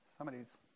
Somebody's